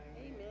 Amen